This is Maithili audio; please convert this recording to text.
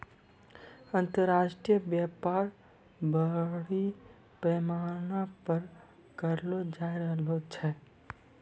अन्तर्राष्ट्रिय व्यापार बरड़ी पैमाना पर करलो जाय रहलो छै